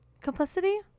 complicity